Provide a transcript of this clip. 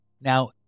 now